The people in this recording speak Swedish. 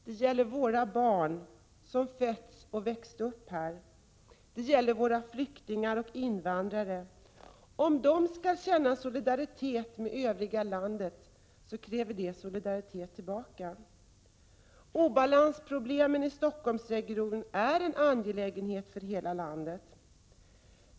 Det gäller våra barn som fötts och växer upp här. Det gäller våra flyktingar och invandrare. Om de skall känna solidaritet med övriga landet kräver de solidaritet tillbaka. Obalansproblemen i Stockholmsregionen är en angelägenhet för hela landet.